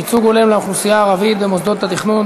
ייצוג הולם לאוכלוסייה הערבית במוסדות התכנון),